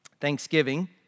Thanksgiving